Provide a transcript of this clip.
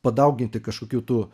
padauginti kažkokių tų